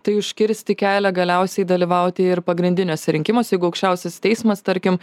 tai užkirsti kelią galiausiai dalyvauti ir pagrindiniuose rinkimuose jeigu aukščiausias teismas tarkim